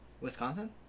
Wisconsin